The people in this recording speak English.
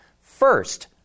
First